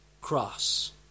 cross